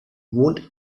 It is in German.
wohnt